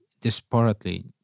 desperately